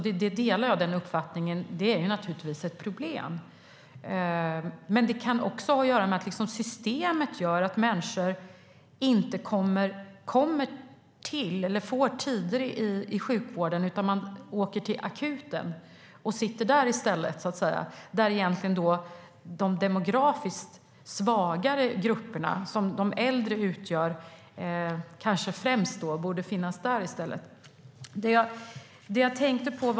Jag delar den uppfattningen, men det kan också ha att göra med att systemet gör att människor inte kommer till eller får tider i sjukvården. I stället åker man till akuten och sitter där, där egentligen främst de demografiskt svagare grupperna, som de äldre utgör, kanske borde finnas.